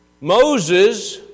Moses